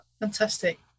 Fantastic